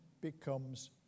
becomes